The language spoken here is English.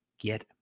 get